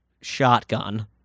shotgun